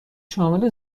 شامل